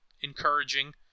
encouraging